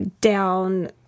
down